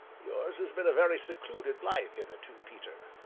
yours has been a very secluded life hitherto, peter,